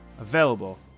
available